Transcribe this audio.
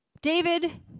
David